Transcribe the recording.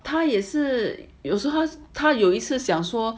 他也是有时候他有一次想说